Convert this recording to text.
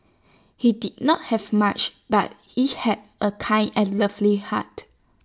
he did not have much but he had A kind and lovely heart